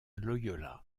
loyola